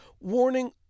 warning